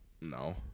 No